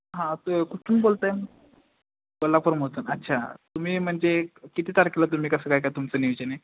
हां त कुठून बोलत आहे कोल्हापूरमधून अच्छा तुम्ही म्हणजे किती तारखेला तुम्ही कसं काय काय तुमचं नियोजन आहे